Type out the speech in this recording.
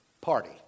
Party